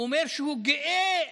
אומר שהוא גאה